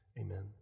Amen